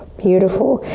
beautiful.